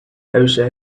wished